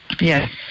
Yes